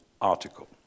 article